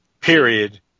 Period